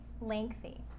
lengthy